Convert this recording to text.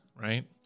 Right